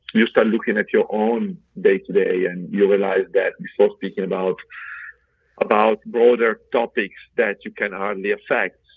you start looking at your own day to day, and you realize that before speaking about about broader topics that you can um hardly affect,